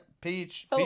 peach